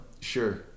Sure